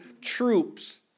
troops